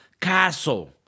castle